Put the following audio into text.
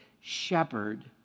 shepherd